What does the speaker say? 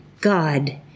God